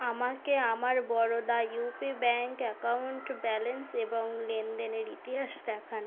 আমাকে আমার Baroda UP bank account balance এবং লেনদেনের ইতিহাস দেখান